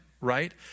right